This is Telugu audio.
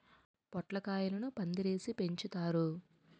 పొట్లకాయలను పందిరేసి పెంచుతారు